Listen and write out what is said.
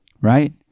right